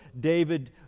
David